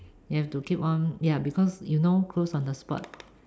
you have to keep on ya because you know close on the spot